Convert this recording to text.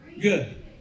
good